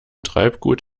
treibgut